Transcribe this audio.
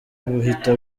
buhita